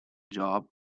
job